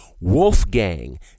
Wolfgang